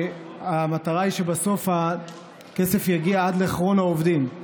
שהמטרה היא שבסוף הכסף יגיע עד לאחרון העובדים,